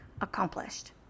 accomplished